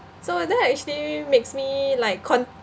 so that actually makes me like con~